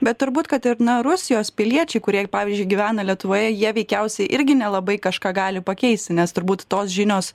bet turbūt kad ir na rusijos piliečiai kurie pavyzdžiui gyvena lietuvoje jie veikiausiai irgi nelabai kažką gali pakeisti nes turbūt tos žinios